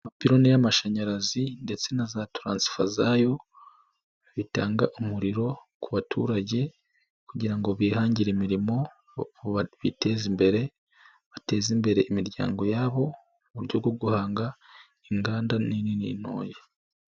Amapiloni y'amashanyarazi ndetse na za Taransifo zayo bitanga umuriro ku baturage kugira ngo bihangire imirimo, bitezi imbere, bateze imbere imiryango yabo mu buryo bwo guhanga inganda nini n'intoya.